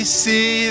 see